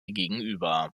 gegenüber